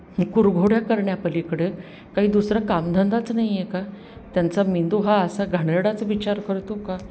कुरघोड्या करण्यापलीकडे काही दुसरं कामधंदाच नाही आहे का त्यांचा मेंदू हा असा घाणेरडाच विचार करतो का